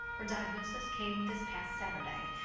her diagnosis came this past saturday.